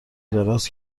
دراز